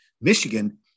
Michigan